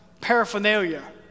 paraphernalia